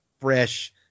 fresh